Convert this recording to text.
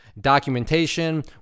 documentation